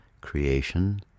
creation